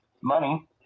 money